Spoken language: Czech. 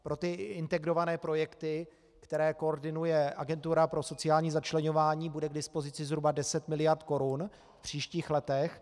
Pro integrované projekty, které koordinuje Agentura pro sociální začleňování, bude k dispozici zhruba 10 mld. korun v příštích letech.